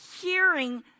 hearing